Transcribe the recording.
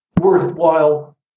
worthwhile